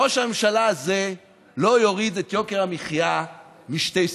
ראש הממשלה הזה לא יוריד את יוקר המחיה משתי סיבות: